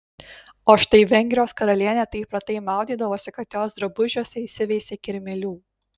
o štai vengrijos karalienė taip retai maudydavosi kad jos drabužiuose įsiveisė kirmėlių